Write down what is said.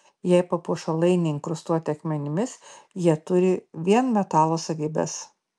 jei papuošalai neinkrustuoti akmenimis jie turi vien metalo savybes